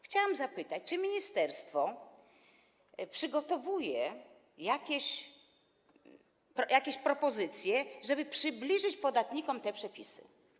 Chciałam zapytać, czy ministerstwo przygotowuje jakieś propozycje, żeby przybliżyć podatnikom te przepisy.